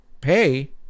pay